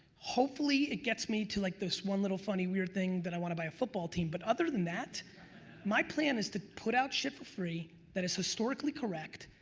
hopefully it gets me to like this one little funny weird thing that i want to buy a football team, but other than that my plan is to put out shit for free, that is historically correct,